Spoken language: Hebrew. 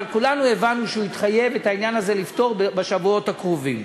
אבל כולנו הבנו שהוא התחייב לפתור את העניין הזה בשבועות הקרובים.